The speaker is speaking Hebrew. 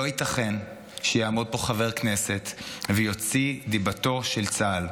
לא ייתכן שיעמוד פה חבר כנסת ויוציא דיבתו של צה"ל.